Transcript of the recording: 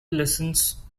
lessons